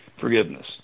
forgiveness